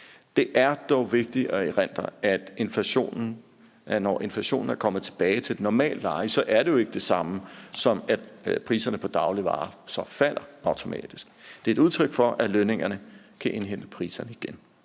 Det er dog vigtigt at erindre, at når inflationen er kommet tilbage til et normalt leje, er det jo ikke det samme, som at priserne på dagligvarer så falder automatisk. Det er et udtryk for, at lønningerne kan indhente priserne igen.